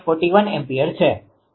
41 ampere છે